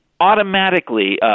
automatically